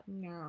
No